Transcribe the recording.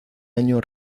año